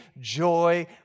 joy